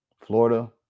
Florida